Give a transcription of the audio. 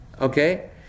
Okay